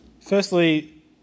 Firstly